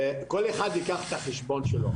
כל אחד ייקח את החשבון שלו.